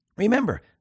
Remember